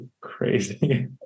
crazy